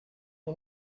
you